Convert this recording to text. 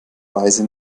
weise